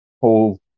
whole